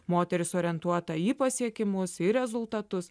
moteris orientuota į pasiekimus į rezultatus